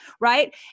right